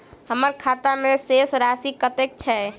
हम्मर खाता मे शेष राशि कतेक छैय?